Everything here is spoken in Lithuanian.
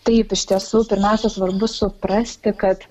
taip iš tiesų pirmiausia svarbu suprasti kad